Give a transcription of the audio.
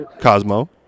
Cosmo